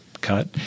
cut